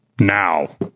now